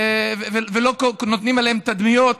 ולא נותנים להם תדמיות